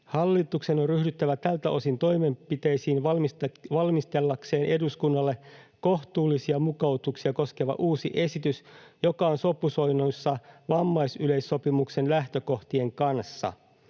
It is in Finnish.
Hallituksen on ryhdyttävä tältä osin toimenpiteisiin valmistellakseen eduskunnalle kohtuullisia mukautuksia koskeva uusi esitys, joka on sopusoinnussa vammaisyleissopimuksen lähtökohtien kanssa.